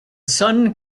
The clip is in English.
sun